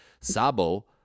Sabo